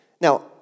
Now